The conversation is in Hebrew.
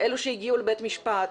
אלה שהגיעו לבית משפט,